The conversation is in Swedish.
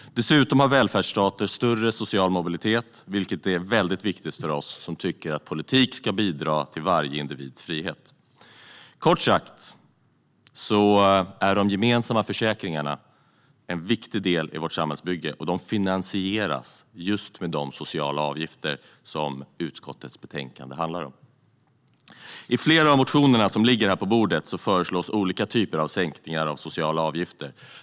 Dessutom har välfärdsstater större social mobilitet, vilket är mycket viktigt för oss som tycker att politik ska bidra till varje individs frihet. Kort sagt är de gemensamma försäkringarna en viktig del i vårt samhällsbygge, och de finansieras med just de socialavgifter som utskottets betänkande handlar om. I flera av motionerna som tas upp i betänkandet föreslås olika typer av sänkningar av socialavgifter.